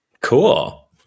Cool